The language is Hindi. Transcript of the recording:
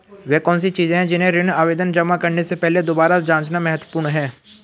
वे कौन सी चीजें हैं जिन्हें ऋण आवेदन जमा करने से पहले दोबारा जांचना महत्वपूर्ण है?